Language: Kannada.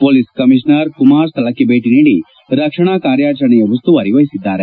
ಹೋಲಿಸ್ ಕಮಿಷನರ್ ಕುಮಾರ್ ಸ್ಥಳಕ್ಕೆ ಭೇಟಿ ನೀಡಿ ರಕ್ಷಣಾ ಕಾರ್ಯಾಚರಣೆ ಉಸ್ತುವಾರಿ ವಹಿಸಿದ್ದಾರೆ